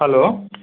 hello